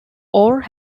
orr